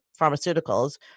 pharmaceuticals